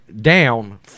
down